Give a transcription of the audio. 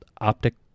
optic